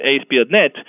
ASP.NET